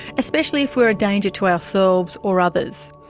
especially if we are a danger to ourselves or others.